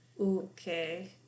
Okay